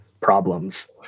problems